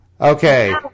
Okay